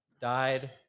Died